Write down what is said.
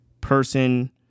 person